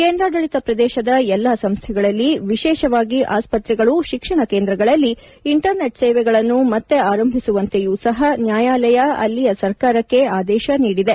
ಕೇಂದ್ರಾಡಳಿತ ಪ್ರದೇಶದ ಎಲ್ಲಾ ಸಂಸ್ಟೆಗಳಲ್ಲಿ ವಿಶೇಷವಾಗಿ ಆಸ್ಪತ್ರೆಗಳು ಶಿಕ್ಷಣ ಕೇಂದ್ರಗಳಲ್ಲಿ ಇಂಟರ್ನೆಟ್ ಸೇವೆಗಳನ್ನು ಮತ್ತೆ ಆರಂಭಿಸುವಂತೆಯೂ ಸಪ ನ್ನಾಯಾಲಯ ಅಲ್ಲಿಯ ಸರ್ಕಾರಕ್ಕೆ ಆದೇಶ ನೀಡಿದೆ